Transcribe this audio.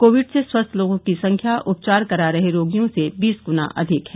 Covid से स्वस्थ लोगों की संख्या उपचार करा रहे रोगियों से बीस ग्ना अधिक है